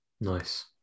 Nice